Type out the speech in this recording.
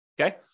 okay